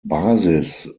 basis